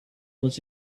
was